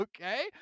okay